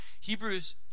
Hebrews